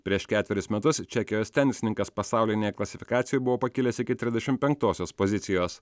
prieš ketverius metus čekijos tenisininkas pasaulinėj klasifikacijoj buvo pakilęs iki trisdešimt penktosios pozicijos